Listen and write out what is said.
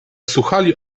słuchali